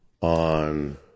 on